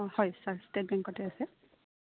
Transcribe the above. অঁ হয় sir state বেংকতে আছে